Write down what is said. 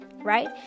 right